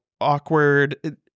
awkward